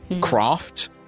craft